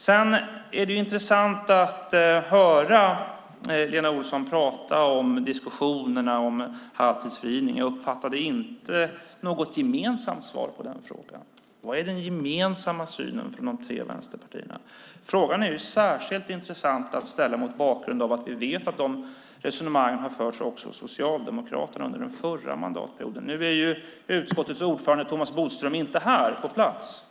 Det är intressant att höra Lena Olsson prata om diskussionerna om halvtidsfrigivning. Men jag uppfattade inte något gemensamt svar där. Vilken är den gemensamma synen på detta hos de tre vänsterpartierna? Frågan är särskilt intressant att ställa mot bakgrund av att vi vet att resonemang har förts också av Socialdemokraterna under förra mandatperioden. Nu är utskottets ordförande, Thomas Bodström, inte på plats.